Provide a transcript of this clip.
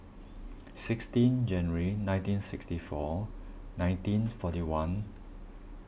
sixteen January nineteen sixty nine nineteen forty one